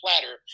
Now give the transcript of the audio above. platter